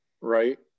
right